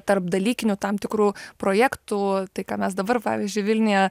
tarpdalykinių tam tikrų projektų tai ką mes dabar pavyzdžiui vilniuje